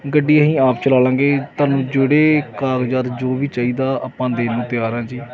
ਗੱਡੀ ਅਸੀਂ ਆਪ ਚਲਾ ਲਵਾਂਗੇ ਤੁਹਾਨੂੰ ਜਿਹੜੇ ਕਾਗਜਾਤ ਜੋ ਵੀ ਚਾਹੀਦਾ ਆਪਾਂ ਦੇਣ ਨੂੰ ਤਿਆਰ ਹਾਂ ਜੀ